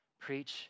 Preach